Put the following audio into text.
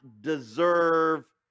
deserve